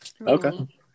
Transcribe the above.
Okay